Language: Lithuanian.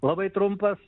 labai trumpas